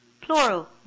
plural